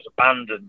abandoned